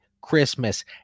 Christmas